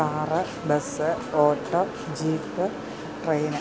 car bus auto jeep train